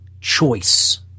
choice